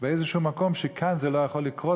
באיזה מקום שכאן זה לא יכול לקרות.